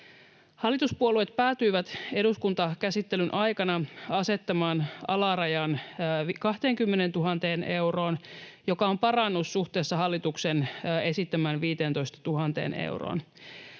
Hallituspuolueet päätyivät eduskuntakäsittelyn aikana asettamaan alarajan 20 000 euroon, joka on parannus suhteessa hallituksen esittämään 15 000 euroon.